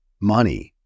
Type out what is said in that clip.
money